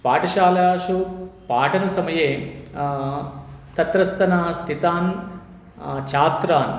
पाठशालासु पाठनसमये तत्रस्तना स्थितान् छात्रान्